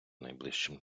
найближчим